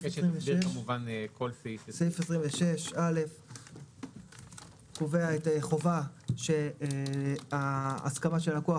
סעיף 26א קובע את החובה שההסכמה של הלקוח